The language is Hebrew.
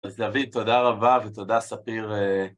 אז לביא, תודה רבה. ותודה, ספיר...